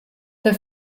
the